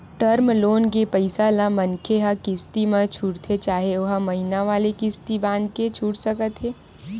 term loan के पइसा ल मनखे ह किस्ती म छूटथे चाहे ओहा महिना वाले किस्ती बंधाके छूट सकत हे